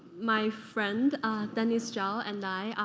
my friend danny strell and i,